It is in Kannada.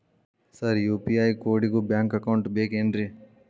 ಸರ್ ಯು.ಪಿ.ಐ ಕೋಡಿಗೂ ಬ್ಯಾಂಕ್ ಅಕೌಂಟ್ ಬೇಕೆನ್ರಿ?